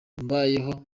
mbayeho